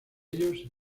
ellos